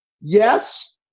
yes